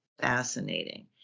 fascinating